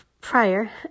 prior